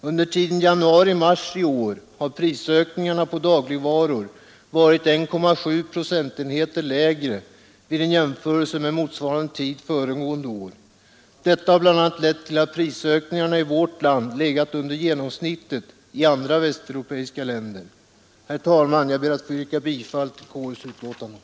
Under tiden januari-mars i år har prisökningarna på dagligvaror varit 1,7 procentenheter lägre än för motsvarande tid föregående år. Detta har bl a. lett till att prisökningarna i vårt land legat under genomsnittet i andra västeuropeiska länder. Herr talman! Jag ber att få yrka bifall till konstitutionsutskottets betänkande.